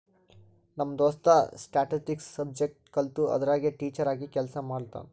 ನಮ್ ದೋಸ್ತ statistics subject ಕಲ್ತು ಅದುರಾಗೆ ಟೀಚರ್ ಆಗಿ ಕೆಲ್ಸಾ ಮಾಡ್ಲತಾನ್